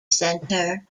centre